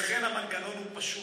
לכן המנגנון הוא פשוט.